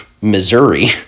Missouri